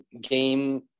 game